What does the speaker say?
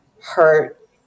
hurt